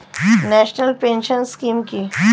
National pension scheme কি?